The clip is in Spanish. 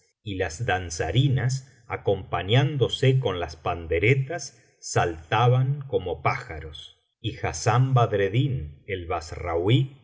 y las danzarinas acompañándose con las panderetas saltaban como pájaros y hassán badreddin el bassrauí